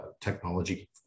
technology